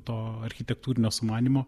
to architektūrinio sumanymo